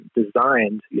designed